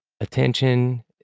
attention